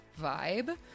vibe